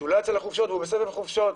שלא יצא לחופשות והוא בסגר חופשות.